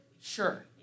Sure